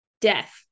death